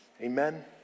Amen